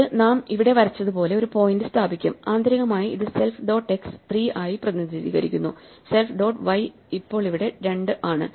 ഇത് നാം ഇവിടെ വരച്ചതുപോലെ ഒരു പോയിന്റ് സ്ഥാപിക്കും ആന്തരികമായി ഇത് സെൽഫ് ഡോട്ട് X 3 ആയി പ്രതിനിധീകരിക്കുന്നു സെൽഫ് ഡോട്ട് Y ഇപ്പോൾ ഇവിടെ 2 ആണ്